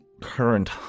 current